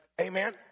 Amen